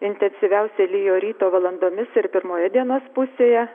intensyviausiai lijo ryto valandomis ir pirmoje dienos pusėje